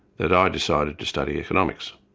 that i decided to study economics.